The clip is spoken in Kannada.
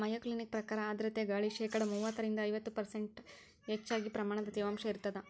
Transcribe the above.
ಮಯೋಕ್ಲಿನಿಕ ಪ್ರಕಾರ ಆರ್ಧ್ರತೆ ಗಾಳಿ ಶೇಕಡಾ ಮೂವತ್ತರಿಂದ ಐವತ್ತು ಪರ್ಷ್ಂಟ್ ಹೆಚ್ಚಗಿ ಪ್ರಮಾಣದ ತೇವಾಂಶ ಇರತ್ತದ